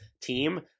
team